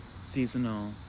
seasonal